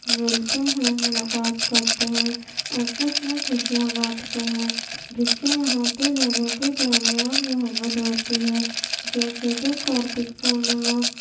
ملتے ہیں ملاقات کرتے ہیں آپس میں خوشیاں بانٹتے ہیں جس سے یہاں کے لوگوں کے درمیاں محبت بڑھتی ہے جیسے کہ کارتک پورنیما